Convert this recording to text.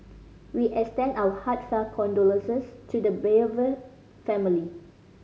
we extend our heartfelt condolences to the bereaved family